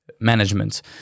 Management